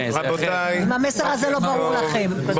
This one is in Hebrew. אם המסר הזה לא ברור לכם.